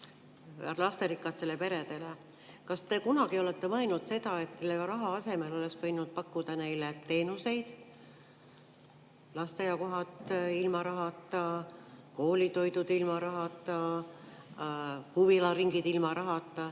Kas te kunagi olete mõelnud seda, et raha asemel oleks võinud pakkuda neile teenuseid – lasteaiakohad ilma rahata, koolitoidud ilma rahata, huvialaringid ilma rahata?